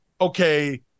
okay